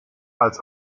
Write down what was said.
als